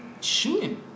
shooting